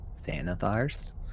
sanathars